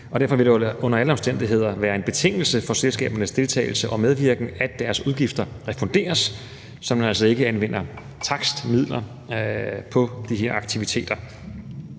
Derfor vil det under alle omstændigheder være en betingelse for selskabernes deltagelse og medvirken, at deres udgifter refunderes, så man altså ikke anvender takstmidler på de her aktiviteter.